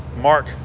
Mark